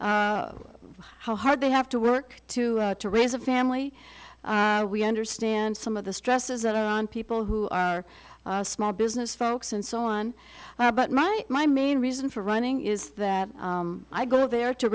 how hard they have to work to to raise a family we understand some of the stresses that are on people who are small business folks and so on but my my main reason for running is that i go there to